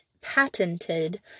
patented